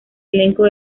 elenco